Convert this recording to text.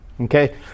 Okay